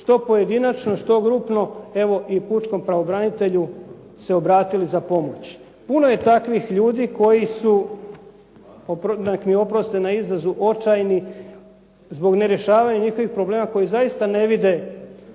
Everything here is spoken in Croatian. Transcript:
što pojedinačno, što grupno evo i pučkom pravobranitelju se obratili za pomoć. Puno je takvih ljudi koji su, neka mi oproste na izrazu, očajni zbog nerješavanja njihovih problema koji zaista ne vide